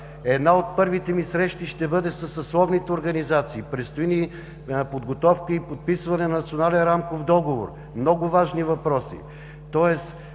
Една от първите ми срещи ще бъде със съсловните организации. Предстои ни подготовка и подписване на Национален рамков договор – много важни въпроси.